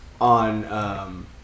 on